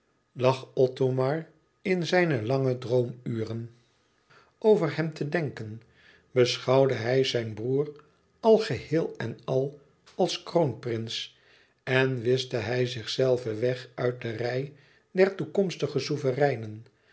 in zijne lange droomuren over hem te denken beschouwde hij zijn broêr al geheel en al als kroonprins en wischte hij zichzelven weg uit de rij der toekomstige